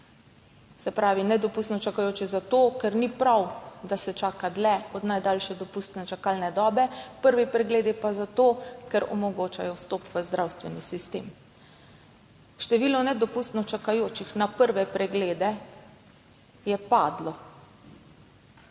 Se pravi, nedopustno čakajoče zato, ker ni prav, da se čaka dlje od najdaljše dopustne čakalne dobe, prvi pregledi pa zato, ker omogočajo vstop v zdravstveni sistem. Število nedopustno čakajočih na prve preglede je padlo.